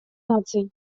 наций